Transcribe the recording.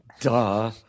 duh